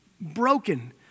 broken